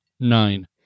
Nine